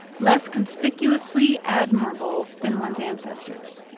less conspicuously admirable than one's ancestors.